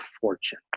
fortune